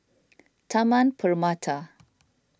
Taman Permata